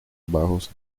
bajos